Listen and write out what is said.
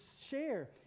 share